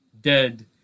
dead